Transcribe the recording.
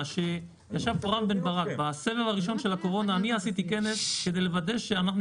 בסבב הראשון של הקורונה אני עשיתי כנס כדי לוודא שאנחנו